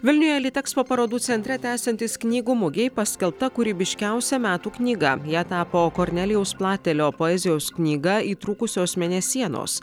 vilniuje litekspo parodų centre tęsiantis knygų mugei paskelbta kūrybiškiausia metų knyga ją tapo kornelijaus platelio poezijos knyga įtrūkusios mėnesienos